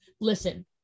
Listen